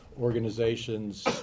organizations